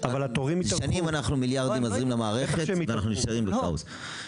שנים אנחנו עוזרים במיליארדים למערכת ונשארים בכאוס.